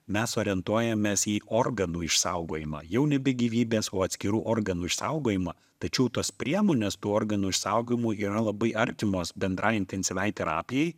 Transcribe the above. mes orientuojamės į organų išsaugojimą jau nebe gyvybės o atskirų organų išsaugojimą tačiau tos priemonės tų organų išsaugojimui yra labai artimos bendrai intensyviai terapijai